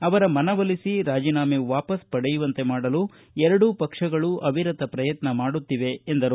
ಅವರ ಮನವೊಲಿಸಿ ರಾಜೀನಾಮೆ ವಾಪಾಸು ಪಡೆಯುವಂತೆ ಮಾಡಲು ಎರಡೂ ಪಕ್ಷಗಳು ಅವಿರತ ಪ್ರಯತ್ನ ಮಾಡುತ್ತಿವೆ ಎಂದರು